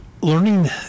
learning